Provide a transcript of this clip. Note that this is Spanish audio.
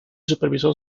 supervisó